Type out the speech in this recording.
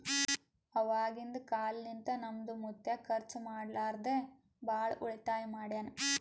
ಅವಾಗಿಂದ ಕಾಲ್ನಿಂತ ನಮ್ದು ಮುತ್ಯಾ ಖರ್ಚ ಮಾಡ್ಲಾರದೆ ಭಾಳ ಉಳಿತಾಯ ಮಾಡ್ಯಾನ್